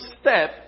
step